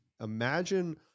imagine